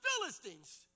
Philistines